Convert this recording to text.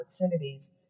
opportunities